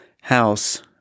house